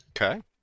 Okay